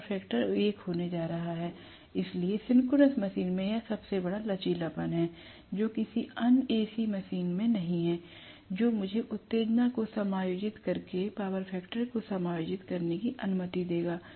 power factor 1 होने जा रहा है इसलिए सिंक्रोनस मशीन में यह सबसे बड़ा लचीलापन है जो किसी अन्य AC मशीन में नहीं है जो मुझे उत्तेजना को समायोजित करके पावर फैक्टर को समायोजित करने की अनुमति देगा